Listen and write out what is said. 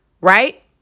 right